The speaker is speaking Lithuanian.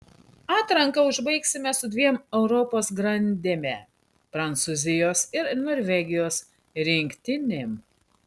atranką užbaigsime su dviem europos grandėme prancūzijos ir norvegijos rinktinėm